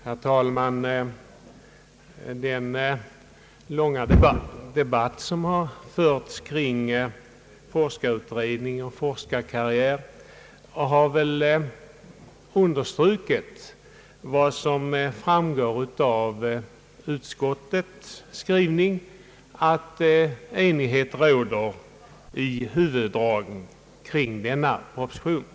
Herr talman! Den långa debatt som har förts kring forskarutbildning och forskarkarriär torde ha understrukit utskottets uttalande om att enighet råder i fråga om huvudragen i den föreliggande propositionen.